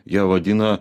ją vadina